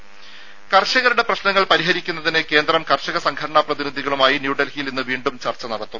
രും കർഷകരുടെ പ്രശ്നങ്ങൾ പരിഹരിക്കുന്നതിന് കേന്ദ്രം കർഷക സംഘടന പ്രതിനിധികളുമായി ന്യൂഡൽഹിയിൽ ഇന്ന് വീണ്ടും ചർച്ച നടത്തും